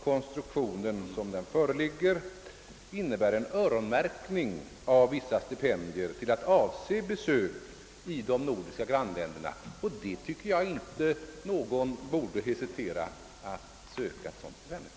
Konstruktionen, sådan den föreligger, betyder alltså en öronmärkning av vissa stipendier till att avse besök i de nordiska grannländerna. Enligt min mening borde ingen hesitera att söka ett sådant stipendium.